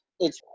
it's-